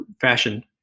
fashion